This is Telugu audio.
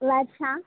వర్ష